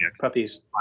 puppies